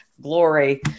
glory